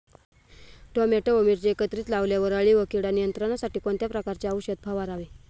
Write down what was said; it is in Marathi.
टोमॅटो व मिरची एकत्रित लावल्यावर अळी व कीड नियंत्रणासाठी कोणत्या प्रकारचे औषध फवारावे?